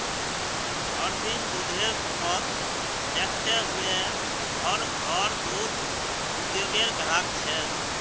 हर दिन दुधेर खपत दखते हुए हर घोर दूध उद्द्योगेर ग्राहक छे